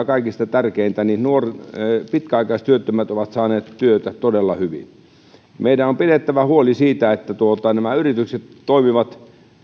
kaikista tärkeintä pitkäaikaistyöttömät ovat saaneet työtä todella hyvin meidän on pidettävä huoli siitä että yritykset toimivat